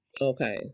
Okay